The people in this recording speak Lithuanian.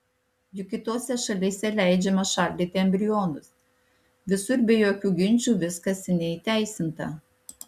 juk kitose šalyse leidžiama šaldyti embrionus visur be jokių ginčų viskas seniai įteisinta